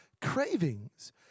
cravings